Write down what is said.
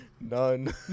None